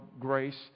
grace